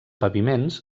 paviments